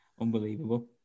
unbelievable